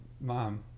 Mom